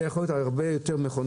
הגדלת מספר המכונות,